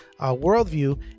worldview